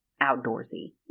outdoorsy